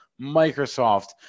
Microsoft